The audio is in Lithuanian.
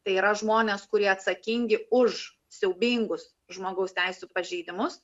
tai yra žmonės kurie atsakingi už siaubingus žmogaus teisių pažeidimus